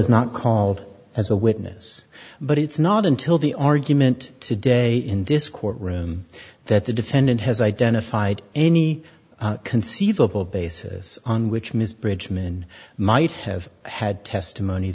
was not called as a witness but it's not until the argument today in this court room that the defendant has identified any conceivable basis on which ms bridgeman might have had testimony